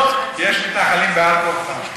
יש מתנחלים בעל כורחם.